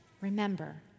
remember